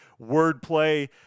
wordplay